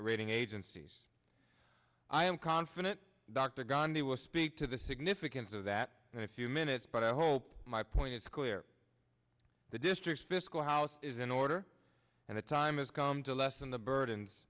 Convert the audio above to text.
rating agencies i am confident dr gandhi will speak to the significance of that in a few minutes but i hope my point is clear the district fiscal house is in order and the time has come to lessen the burdens